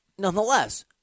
Nonetheless